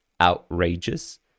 outrageous